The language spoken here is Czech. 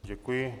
Děkuji.